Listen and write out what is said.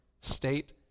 state